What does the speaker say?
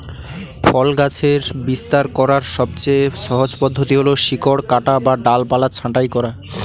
ফল গাছের বিস্তার করার সবচেয়ে সহজ পদ্ধতি হল শিকড় কাটা বা ডালপালা ছাঁটাই করা